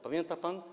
Pamięta pan?